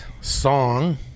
song